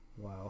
Wow